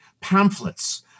pamphlets